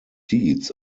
seats